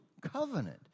Covenant